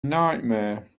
nightmare